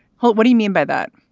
what what do you mean by that?